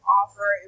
offer